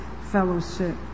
fellowship